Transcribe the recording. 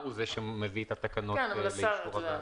הוא זה שמביא את התקנות לאישור הוועדה.